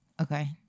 Okay